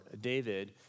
David